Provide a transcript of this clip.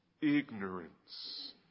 Ignorance